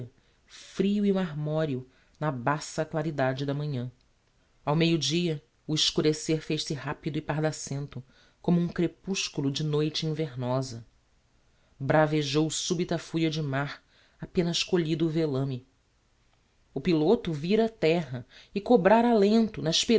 frio e marmoreo na baça claridade da manhã ao meio dia o escurecer fez-se rapido e pardacento como um crepusculo de noite invernosa bravejou subita furia de mar apenas colhido o velame o piloto vira terra e cobrára alento